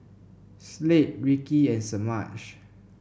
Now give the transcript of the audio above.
Slade Ricci and Semaj